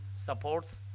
supports